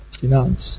finance